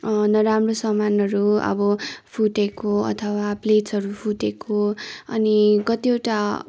नराम्रो सामानहरू अब फुटेको अथवा प्लेट्सहरू फुटेको अनि कतिवटा